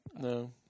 No